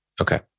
Okay